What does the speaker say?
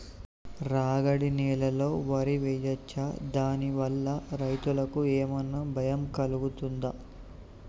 రాగడి నేలలో వరి వేయచ్చా దాని వల్ల రైతులకు ఏమన్నా భయం కలుగుతదా?